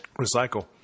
Recycle